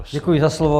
Děkuji za slovo.